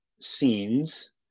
Scenes